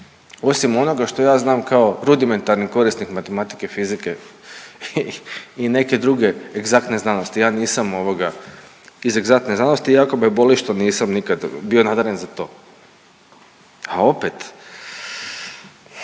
osim onoga što ja znam kao rudimentarni korisnik matematike, fizike i neke druge egzaktne znanosti ja nisam iz egzaktne znanost i jako me boli što nisam nikad bio nadaren za to. A opet,